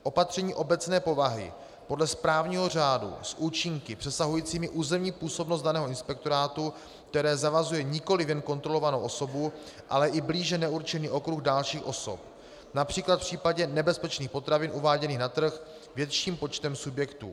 Opatření obecné povahy podle správního řádu s účinky přesahujícími územní působnost daného inspektorátu, které zavazuje nikoliv jen kontrolovanou osobu, ale i blíže neurčený okruh dalších osob například v případě nebezpečných potravin uváděných na trh větším počtem subjektů.